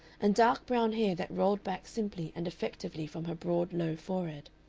and dark brown hair that rolled back simply and effectively from her broad low forehead.